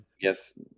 yes